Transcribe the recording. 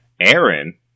Aaron